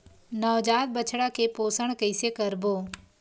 नवजात बछड़ा के पोषण कइसे करबो?